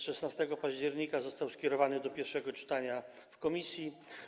16 października został skierowany do pierwszego czytania w komisji.